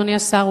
אדוני השר,